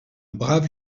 brave